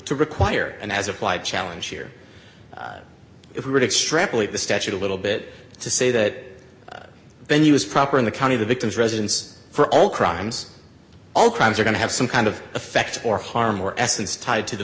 to require and as applied challenge here if we were to extrapolate the statute a little bit to say that venue is proper in the county the victim's residence for all crimes all crimes are going to have some kind of effect or harm or essence tied to the